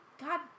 God